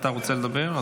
אתה רוצה לדבר?